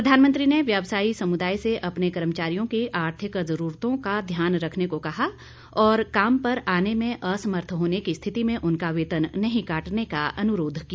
प्रधानमंत्री ने व्यवसायी समुदाय से अपने कर्मचारियों की आर्थिक जरूरतों का ध्यान रखने को कहा और काम पर आने में असमर्थ होने की स्थिति में उनका वेतन नहीं काटने का अनुरोध किया